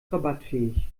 rabattfähig